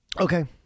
Okay